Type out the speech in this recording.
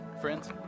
friends